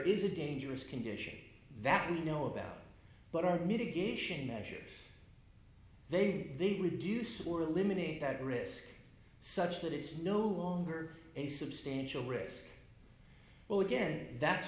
is a dangerous condition that we know about but our negin measures they did reduce or eliminate that risk such that it's no longer a substantial risk well again that's